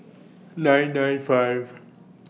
nine nine five